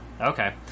Okay